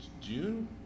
June